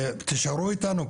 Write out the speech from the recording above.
תישארו איתנו,